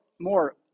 more